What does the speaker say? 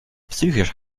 psychisch